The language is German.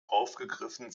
aufgegriffen